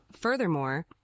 Furthermore